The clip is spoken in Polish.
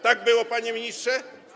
Tak było, panie ministrze?